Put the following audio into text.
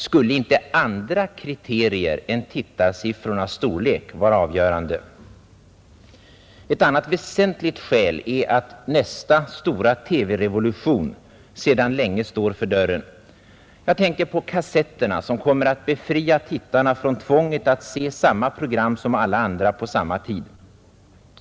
Skulle inte andra kriterier än tittarsiffrornas storlek vara avgörande? Ett annat väsentligt skäl är att nästa stora TV-revolution sedan länge står för dörren. Jag tänker på kassetterna som kommer att befria tittarna från tvånget att se samma program som alla andra på samma tid.